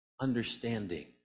understanding